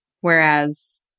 Whereas